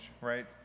right